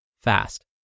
fast